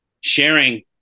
sharing